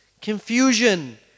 Confusion